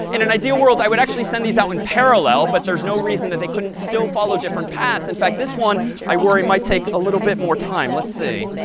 in an ideal world, i would actually send these out in parallel, but there's no reason that they couldn't still follow different paths. in fact, this one i worry might take a little bit more time. let's see.